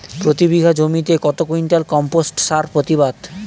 প্রতি বিঘা জমিতে কত কুইন্টাল কম্পোস্ট সার প্রতিবাদ?